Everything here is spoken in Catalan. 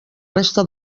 resta